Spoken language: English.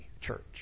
church